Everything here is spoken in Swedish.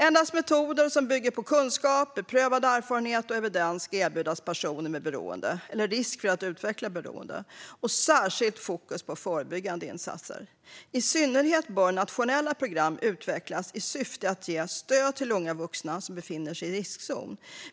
Endast metoder som bygger på kunskap, beprövad erfarenhet och evidens ska erbjudas personer med beroende eller risk för att utveckla beroende. Fokus ska särskilt ligga på förebyggande insatser. I synnerhet bör nationella program utvecklas i syfte att ge stöd till unga vuxna som befinner sig i riskzon.